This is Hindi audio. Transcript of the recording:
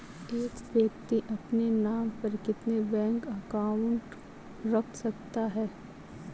एक व्यक्ति अपने नाम पर कितने बैंक अकाउंट रख सकता है?